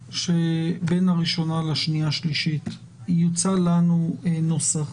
שבין הקריאה הראשונה לקריאה השנייה ושלישית יוצע לנו נוסח